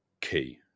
key